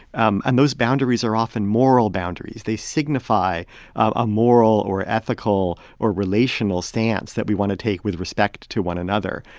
um and those boundaries are often moral boundaries. they signify a moral or ethical or relational stance that we want to take with respect to one another.